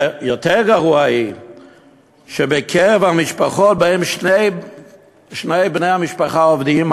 יותר גרוע הוא שבקרב המשפחות שבהן שני בני המשפחה עובדים,